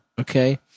Okay